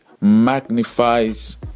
magnifies